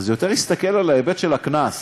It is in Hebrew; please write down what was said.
יותר הסתכל על ההיבט של הקנס,